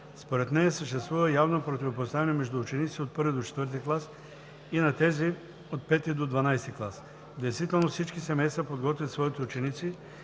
Според нея съществува явно противопоставяне между учениците от I до IV клас и на тези от V до XII клас. В действителност всички семейства подготвят своите ученици